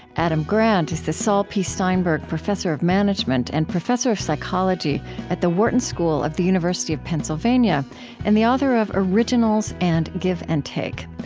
adam grant is the saul p. steinberg professor of management and professor of psychology at the wharton school of the university of pennsylvania and the author of originals and give and take.